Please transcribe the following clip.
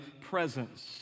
presence